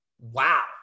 Wow